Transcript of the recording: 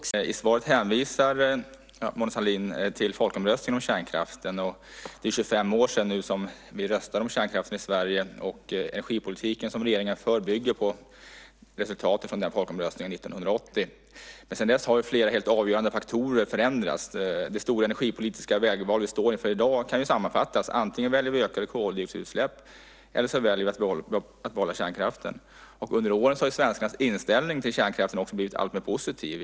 Fru talman! Jag tackar samhällsbyggnadsministern för svaret. I svaret hänvisar Mona Sahlin till folkomröstningen om kärnkraften. Det är nu 25 år sedan vi röstade om kärnkraften i Sverige. Den energipolitik som regeringen för bygger på resultatet av folkomröstningen 1980. Men sedan dess har flera helt avgörande faktorer förändrats. Det stora energipolitiska vägval vi i dag står inför kan sammanfattas så att antingen väljer vi ökade koldioxidutsläpp eller också väljer vi att behålla kärnkraften. Med åren har svenskarnas inställning till kärnkraften blivit alltmer positiv.